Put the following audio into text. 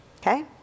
okay